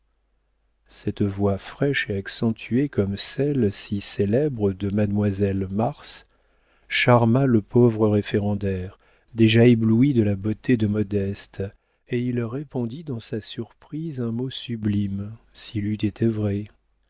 cette voix fraîche et accentuée comme celle si célèbre de mademoiselle mars charma le pauvre référendaire déjà ébloui de la beauté de modeste et il répondit dans sa surprise un mot sublime s'il eût été